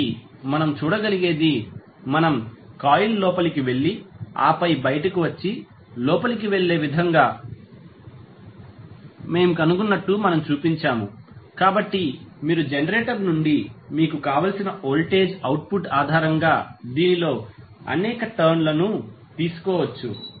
కాబట్టి మనం చూడగలిగేది మనం కాయిల్ లోపలికి వెళ్లి ఆపై బయటకు వచ్చి లోపలికి వెళ్ళే విధంగా మేము కనుగొన్నట్లు మనము చూపించాము కాబట్టి మీరు జనరేటర్ నుండి మీకు కావలసిన వోల్టేజ్ అవుట్పుట్ ఆధారంగా దీనిలో అనేక టర్న్ లను తీసుకోవచ్చు